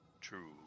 True